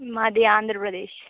మాది ఆంధ్రప్రదేశ్